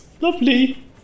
Lovely